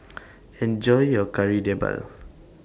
Enjoy your Kari Debal